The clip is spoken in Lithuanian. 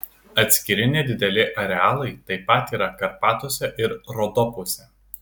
atskiri nedideli arealai taip pat yra karpatuose ir rodopuose